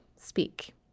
speak